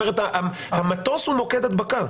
המטוס הוא מוקד הדבקה.